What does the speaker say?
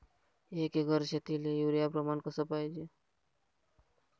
एक एकर शेतीले युरिया प्रमान कसे पाहिजे?